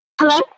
Hello